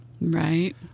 Right